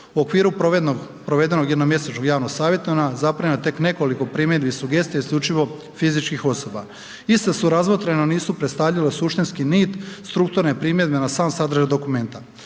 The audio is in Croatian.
U okviru provedenog jednomjesečnog javnog savjetovanja zaprimljeno je tek nekoliko primjedbi i sugestija isključivo fizičkih osoba. Ista su razmotrena, nisu predstavljala suštinski nit, strukturne primjedbe na sam sadržaj dokumenta.